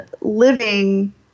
living